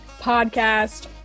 Podcast